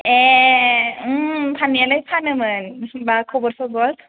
ए फाननायालाय फानोमोन होनबा खबर सबर